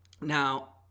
Now